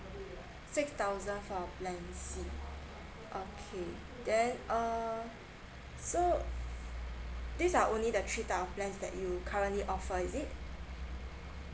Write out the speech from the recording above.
six thousand for plan C okay then um so this are only the three types of plans that you currently offer is it